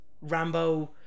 Rambo